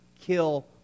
kill